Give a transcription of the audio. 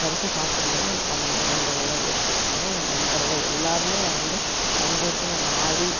பரிசை பார்க்கும்போது எனக்கு அந்த நினைவுகள்தான் வரும் ஏன்னால் என் நண்பர்கள் எல்லாேருமே அதை வந்து பங்கேற்று நாங்கள் ஆடி